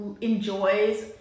enjoys